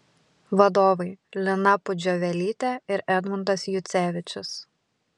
vadovai lina pudžiuvelytė ir edmundas jucevičius